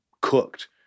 cooked